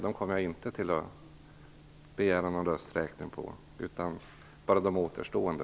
Jag kommer inte att begära någon rösträkning i fråga om de reservationerna utan bara de återstående.